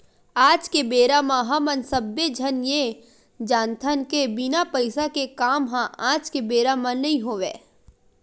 आज के बेरा म हमन सब्बे झन ये जानथन के बिना पइसा के काम ह आज के बेरा म नइ होवय